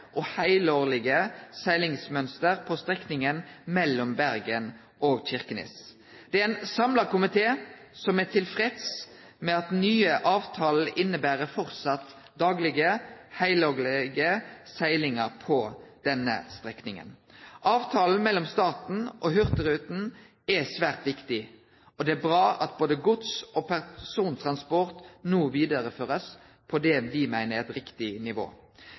heilårlege seglingsmønster på strekninga mellom Bergen og Kirkenes. Det er ein samla komité som er tilfreds med at den nye avtalen framleis inneber daglege, heilårlege seglingar på denne strekninga. Avtalen mellom staten og Hurtigruten er svært viktig, og det er bra at både gods- og persontransport no blir vidareførte på det me meiner er eit riktig nivå.